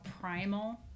primal